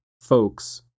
folks